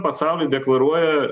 pasauliui deklaruoja